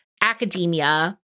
academia